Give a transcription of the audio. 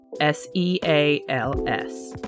s-e-a-l-s